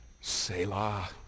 Selah